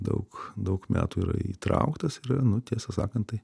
daug daug metų yra įtrauktas ir nu tiesą sakant tai